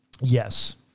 Yes